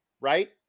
right